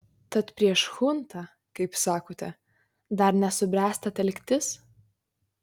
tad prieš chuntą kaip sakote dar nesubręsta telktis